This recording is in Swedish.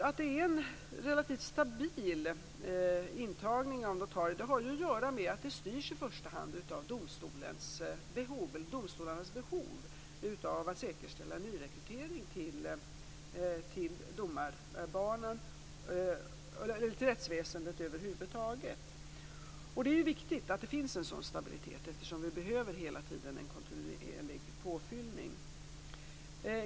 Att det är en relativt stabil intagning av notarier har att göra med att det i första hand styrs av domstolarnas behov av att säkerställa nyrekrytering till rättsväsendet över huvud taget. Det är viktigt att det finns en sådan stabilitet eftersom vi behöver en kontinuerlig påfyllning.